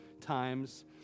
times